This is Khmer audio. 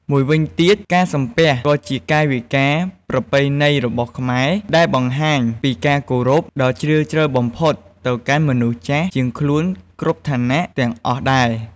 មួយវិញទៀត ការសំពះ ក៏ជាកាយវិការប្រពៃណីរបស់ខ្មែរដែលបង្ហាញពីការគោរពដ៏ជ្រាលជ្រៅបំផុតទៅកាន់មនុស្សចាស់ជាងខ្លួនគ្រប់ឋានៈទាំងអស់ដែរ។